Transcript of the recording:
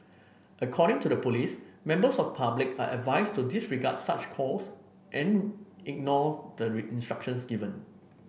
according to the police members of public are advised to disregard such calls and ignore the instructions given